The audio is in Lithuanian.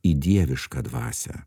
į dievišką dvasią